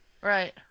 Right